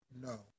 No